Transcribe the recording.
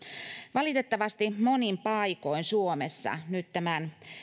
valitettavasti monin paikoin suomessa nyt tämän